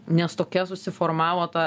nes tokia susiformavo ta